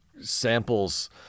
samples